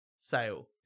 sale